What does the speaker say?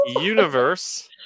Universe